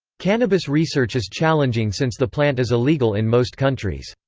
cannabis research is challenging since the plant is illegal in most countries.